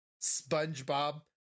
SpongeBob